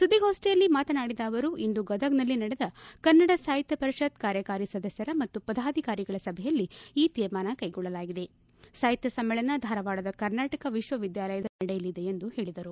ಸುದ್ದಿಗೋಷ್ಠಿಯಲ್ಲಿ ಮಾತನಾಡಿದ ಅವರುಇಂದು ಗದಗದಲ್ಲಿ ನಡೆದ ಕನ್ನಡ ಸಾಹಿತ್ಯ ಪರಿಷತ್ ಕಾರ್ಯಕಾರಿ ಸದಸ್ಕರ ಮತ್ತು ಪದಾಧಿಕಾರಿಗಳ ಸಭೆಯಲ್ಲಿ ಈ ತೀರ್ಮಾನ ಕೈಗೊಳ್ಳಲಾಗಿದೆ ಸಾಹಿತ್ಯ ಸಮ್ಮೇಳನ ಧಾರವಾಡದ ಕರ್ನಾಟಕ ವಿಶ್ವವಿದ್ಯಾಲಯದ ಆವರಣದಲ್ಲಿ ನಡೆಯಲಿದೆ ಎಂದು ಹೇಳಿದರು